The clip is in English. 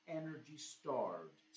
energy-starved